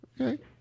Okay